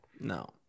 No